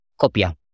copia